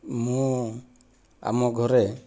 ମୁଁ ଆମ ଘରେ